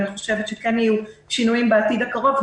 אני חושבת שכן יהיו שינויים בעתיד הקרוב.